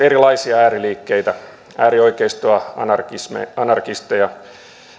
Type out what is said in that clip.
erilaisia ääriliikkeitä äärioikeistoa anarkisteja